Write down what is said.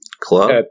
club